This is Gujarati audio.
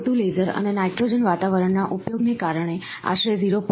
CO2 લેસર અને નાઇટ્રોજન વાતાવરણના ઉપયોગને કારણે આશરે 0